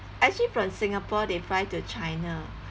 actually from singapore they fly to china